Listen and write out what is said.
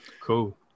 Cool